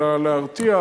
אלא להרתיע,